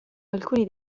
alcuni